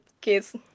kids